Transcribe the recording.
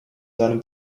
seinem